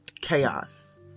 chaos